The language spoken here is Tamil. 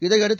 இதையடுத்து